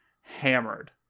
hammered